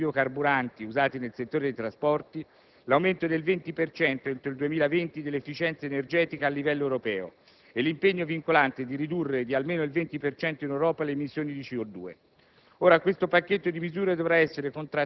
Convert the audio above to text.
il *target* obbligatorio del 10 per cento per i biocarburanti usati nel settore dei trasporti, l'aumento del 20 per cento entro il 2020 dell'efficienza energetica a livello europeo e 1'impegno vincolante di ridurre di almeno il 20 per cento in Europa le emissioni di CO2.